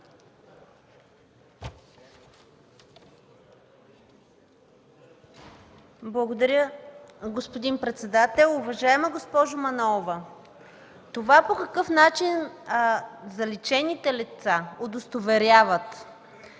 Благодаря, господин председател. Уважаема госпожо Манолова, по какъв начин заличените лица удостоверяват